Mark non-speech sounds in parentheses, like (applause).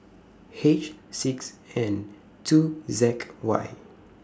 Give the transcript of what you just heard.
H six N two Z (noise) Y